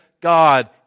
God